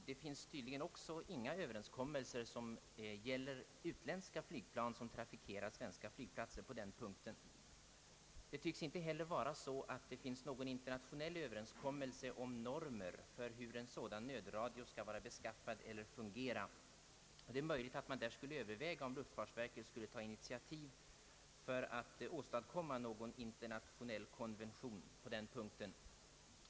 Det finns tydligen inte heller några överenskommelser på den punkten, som gäller utländska flygplan vilka trafikerar svenska flygplatser. Vidare tycks det inte finnas någon internationell överenskommelse om normer för hur en sådan nödradio skall vara beskaffad och fungera. Det är möjligt att man borde överväga om inte luftfartsverket skulle ta initiativ för att åstadkomma någon internationell konvention på den punkten.